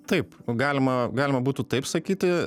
taip galima galima būtų taip sakyti